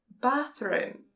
bathroom